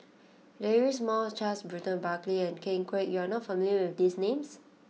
Deirdre Moss Charles Burton Buckley and Ken Kwek you are not familiar with these names